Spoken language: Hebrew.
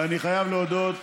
ואני חייב להודות: